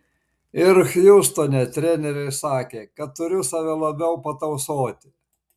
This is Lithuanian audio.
ir hjustone treneriai sakė kad turiu save labiau patausoti